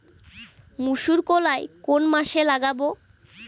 মুসুর কলাই কোন মাসে লাগাব?